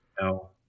No